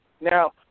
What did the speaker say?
Now